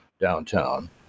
downtown